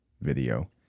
video